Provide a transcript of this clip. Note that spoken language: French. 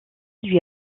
lui